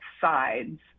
sides